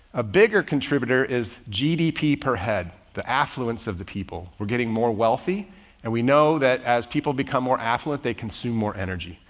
a bigger contributor is gdp per head. the affluence of the people were getting more wealthy and we know that as people become more affluent, they consume more energy.